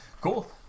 Cool